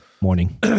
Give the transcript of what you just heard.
morning